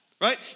right